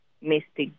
mystic